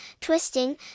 twisting